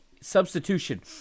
substitution